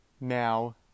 now